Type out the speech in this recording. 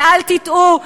ואל תטעו,